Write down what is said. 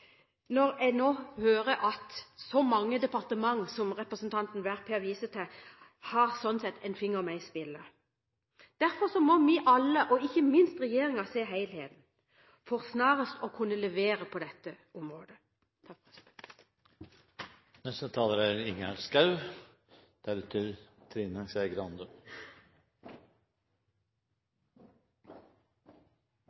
når jeg nå hører at så mange departementer – som representanten Werp her viser til – har en finger med i spillet. Derfor må vi alle, og ikke minst regjeringen, se helheten for snarest å kunne levere på dette området.